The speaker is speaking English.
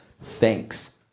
Thanks